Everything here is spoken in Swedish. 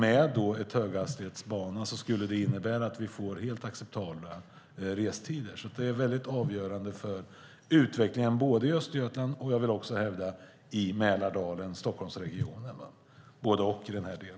En höghastighetsbana skulle innebära att vi får helt acceptabla restider. Det är avgörande för utvecklingen både i Östergötland och - vill jag hävda - i Mälardalen och Stockholmsregionen. Det handlar om både och i denna del.